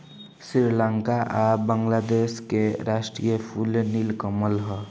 श्रीलंका आ बांग्लादेश के राष्ट्रीय फूल नील कमल ह